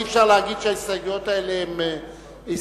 אי-אפשר להגיד שההסתייגויות האלה הן הסתייגויות